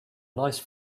nice